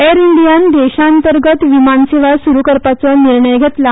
एर इंडियान देशांतर्गत विमान सेवा सुरू करपाचो निर्णय घेतला